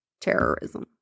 terrorism